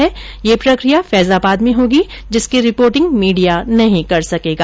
मध्यस्थता की प्रक्रिया फैजाबाद में होगी जिसकी रिपोर्टिंग मीडिया नहीं कर सकेगा